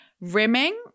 rimming